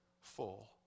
full